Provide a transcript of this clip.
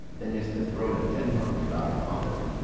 than is the throne of denmark to thy father.